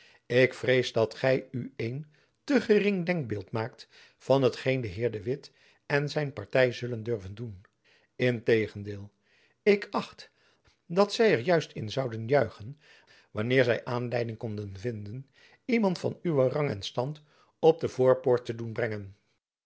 ik vrees dat gy u een te gering denkbeeld maakt van hetgeen de heer de witt en zijn party zullen durven doen in tegendeel ik acht dat zy er juist in zoudon juichen wanneer zy aanleiding konden vinden iemand van uwen rang en stand op de voorpoort te doen brengen